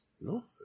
No